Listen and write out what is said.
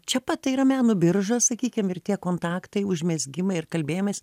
čia pat tai yra meno birža sakykim ir tie kontaktai užmezgimai ir kalbėjimais